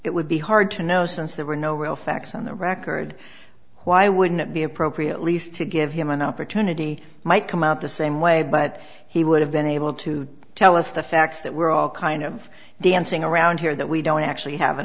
it would be hard to know since there were no real facts on the record why wouldn't it be appropriate least to give him an opportunity might come out the same way but he would have been able to tell us the facts that we're all kind of dancing around here that we don't actually have